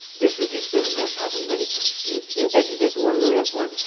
this is historically, it's happened many times. you you exit one royal court,